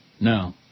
No